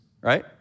right